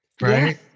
Right